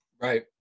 Right